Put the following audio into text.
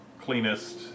cleanest